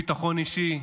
ביטחון אישי.